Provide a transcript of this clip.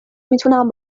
میتونم